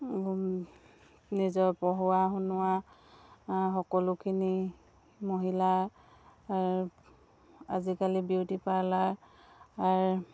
নিজৰ পঢ়োৱা শুনোৱা সকলোখিনি মহিলাৰ আজিকালি বিউটি পাৰ্লাৰ